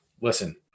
listen